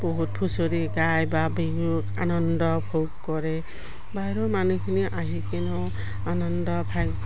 বহুত হুঁচৰি গায় বা বিহুত আনন্দ উপভোগ কৰে বাহিৰৰ মানুহখিনি আহি কিনেও আনন্দ উপভোগ